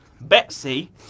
Betsy